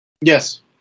Yes